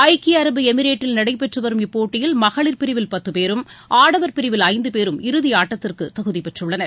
ஐக்கிய அரபு எமிரேட்டில் நடைபெற்றுவரும் இப்போட்டியில் மகளிர் பிரிவில் பத்து பேரும் ஆடவர் பிரிவில் ஐந்து பேரும் இறுதி ஆட்டத்திற்கு தகுதி பெற்றுள்ளனர்